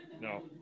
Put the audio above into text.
No